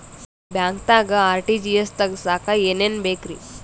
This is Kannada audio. ಬ್ಯಾಂಕ್ದಾಗ ಆರ್.ಟಿ.ಜಿ.ಎಸ್ ತಗ್ಸಾಕ್ ಏನೇನ್ ಬೇಕ್ರಿ?